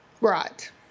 Right